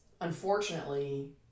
Unfortunately